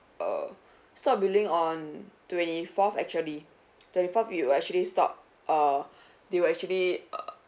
err stop billing on twenty fourth actually twenty fourth you will actually stop err they will actually err